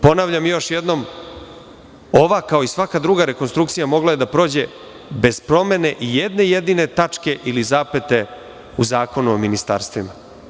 Ponavljam još jedom ova kao i svaka druga rekonstrukcija mogla je da prođe bez promene jedne jedine tačke ili zapete u Zakonu o ministarstvima.